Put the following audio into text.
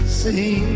see